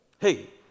hey